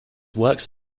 works